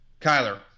Kyler